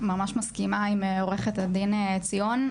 אני ממש מסכימה עם עוה"ד עציון.